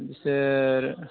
बिसोर